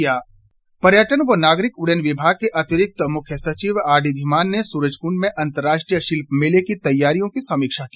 सुरज कुंड पर्यटन व नागरिक उड्डयन विभाग के अतिरिक्त मुख्य सचिव आरडी धीमान ने सूरजकुंड में अंतर्राष्ट्रीय शिल्प मेले की तैयारियों की समीक्षा की